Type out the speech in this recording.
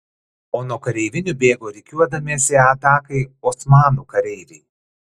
o nuo kareivinių bėgo rikiuodamiesi atakai osmanų kareiviai